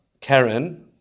Karen